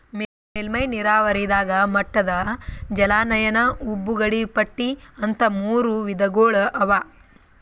ಮೇಲ್ಮೈ ನೀರಾವರಿದಾಗ ಮಟ್ಟದ ಜಲಾನಯನ ಉಬ್ಬು ಗಡಿಪಟ್ಟಿ ಅಂತ್ ಮೂರ್ ವಿಧಗೊಳ್ ಅವಾ